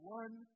one